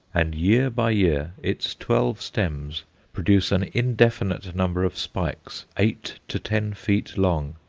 and year by year its twelve stems produce an indefinite number of spikes, eight to ten feet long,